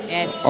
Yes